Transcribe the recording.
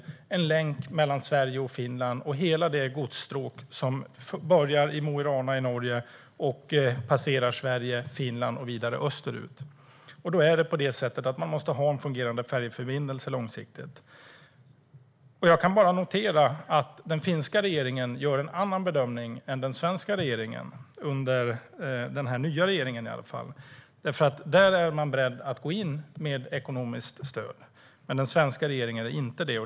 Den är en länk mellan Sverige och Finland och hela det godsstråk som börjar i Mo i Rana i Norge och passerar Sverige och Finland och vidare österut. Då måste man ha en fungerande färjeförbindelse långsiktigt. Jag kan bara notera att den finska regeringen gör en annan bedömning än den svenska regeringen, i alla fall den nya regeringen. Där är man beredd att gå in med ekonomiskt stöd, men den svenska regeringen är inte det.